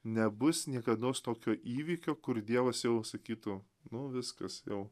nebus niekados tokio įvykio kur dievas jau sakytų nu viskas jau